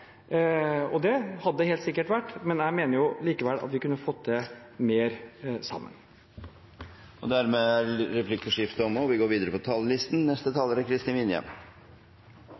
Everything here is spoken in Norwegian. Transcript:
og det hadde det helt sikkert vært, men jeg mener likevel at vi kunne fått til mer sammen. Replikkordskiftet er omme. I tider hvor vi blir utfordret både økonomisk og på andre måter, er